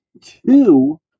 two